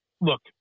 look